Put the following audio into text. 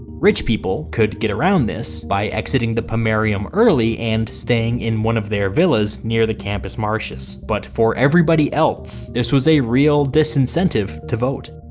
rich people could get around this by exiting the pomerium early and staying in one of their villas near the campus martius, but for everybody else this was a real disincentive to vote.